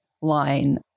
line